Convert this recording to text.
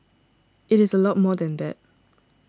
it is a lot more than that